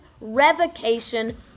revocation